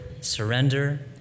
surrender